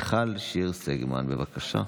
חברת הכנסת מיכל שיר סגמן, בבקשה.